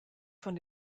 von